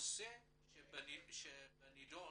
"הנושא שבנדון